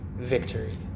victory